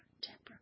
Temper